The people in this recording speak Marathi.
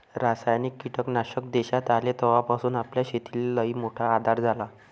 रासायनिक कीटकनाशक देशात आले तवापासून आपल्या शेतीले लईमोठा आधार झाला